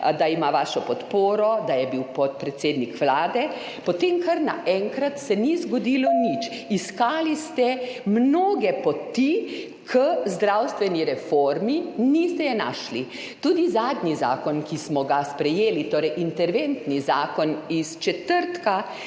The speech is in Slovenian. da ima vašo podporo, da je bil podpredsednik Vlade, potem kar naenkrat se ni zgodilo nič. Iskali ste mnoge poti k zdravstveni reformi, niste je našli. Tudi zadnji zakon, ki smo ga sprejeli, torej interventni zakon iz četrtka,